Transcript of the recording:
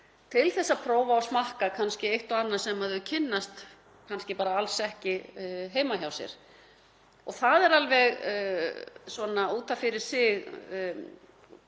til að prófa og smakka eitt og annað sem þau kynnast kannski bara alls ekki heima hjá sér. Það er alveg út af fyrir sig